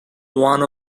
one